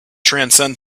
transcend